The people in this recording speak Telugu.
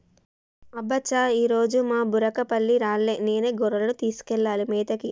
అబ్బ చా ఈరోజు మా బుర్రకపల్లి రాలే నేనే గొర్రెలను తీసుకెళ్లాలి మేతకి